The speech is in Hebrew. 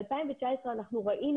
ב-2019 אנחנו ראינו,